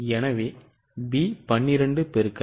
எனவே B 12 X 0